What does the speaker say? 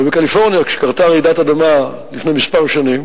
ובקליפורניה, כשקרתה רעידת אדמה לפני כמה שנים,